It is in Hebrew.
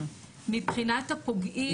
מבחינת הפוגעים,